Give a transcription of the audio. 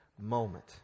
moment